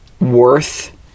worth